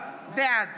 בעד